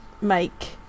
make